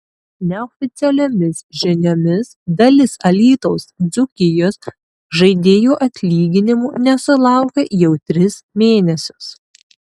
neoficialiomis žiniomis dalis alytaus dzūkijos žaidėjų atlyginimų nesulaukia jau tris mėnesius